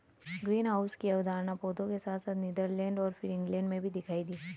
greenhouse की अवधारणा पौधों के साथ साथ नीदरलैंड और फिर इंग्लैंड में भी दिखाई दी